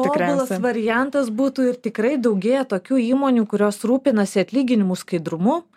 tobulas variantas būtų ir tikrai daugėja tokių įmonių kurios rūpinasi atlyginimų skaidrumu